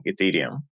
Ethereum